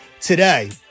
today